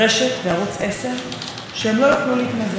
אנחנו כבר עסקנו בשנה האחרונה כמה וכמה פעמים